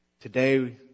Today